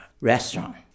restaurant